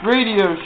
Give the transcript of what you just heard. Radio